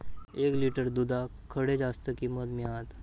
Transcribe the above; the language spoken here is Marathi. एक लिटर दूधाक खडे जास्त किंमत मिळात?